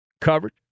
coverage